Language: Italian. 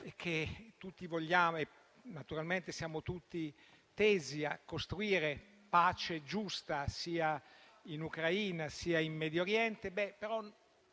che riguardano il mondo e naturalmente siamo tutti tesi a costruire pace giusta, sia in Ucraina, sia in Medio Oriente,